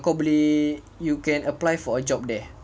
kau boleh you can apply for a job there